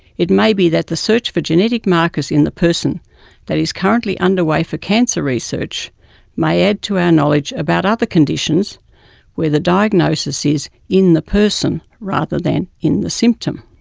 it may be that the search for genetic markers in the person that is currently underway for cancer research may add to our knowledge about other conditions where the diagnosis is in the person rather than in the symptom.